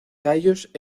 tallos